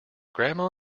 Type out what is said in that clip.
grandma